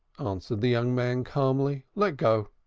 answered the young man calmly. let go.